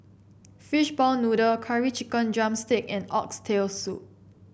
Fishball Noodle Curry Chicken drumstick and Oxtail Soup